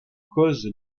cause